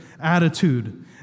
attitude